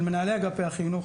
של מנהלי אגפי החינוך.